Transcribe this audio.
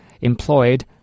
employed